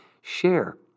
share